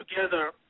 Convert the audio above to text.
together